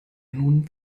nun